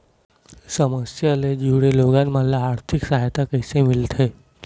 समस्या ले जुड़े लोगन मन ल आर्थिक सहायता कइसे मिलही?